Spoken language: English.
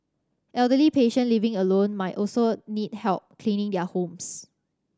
elderly patient living alone might also need help cleaning their homes